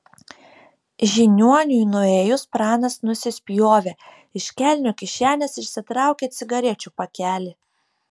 žiniuoniui nuėjus pranas nusispjovė iš kelnių kišenės išsitraukė cigarečių pakelį